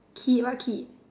kid what kid